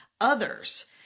others